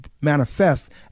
manifest